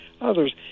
others